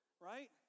right